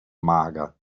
mager